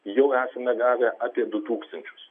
jau esame gavę apie du tūkstančius